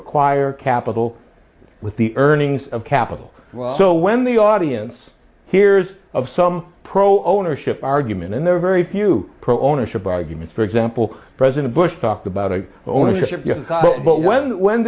acquire capital with the earnings of capital so when the audience hears of some pro ownership argument and there are very few pro ownership arguments for example president bush talked about an ownership but when when